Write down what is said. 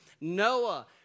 Noah